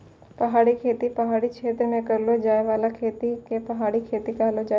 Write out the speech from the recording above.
पहाड़ी खेती पहाड़ी क्षेत्र मे करलो जाय बाला खेती के पहाड़ी खेती कहलो जाय छै